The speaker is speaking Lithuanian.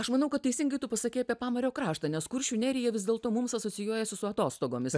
aš manau kad teisingai tu pasakei apie pamario kraštą nes kuršių nerija vis dėlto mums asocijuojasi su atostogomis